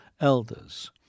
elders